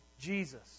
Jesus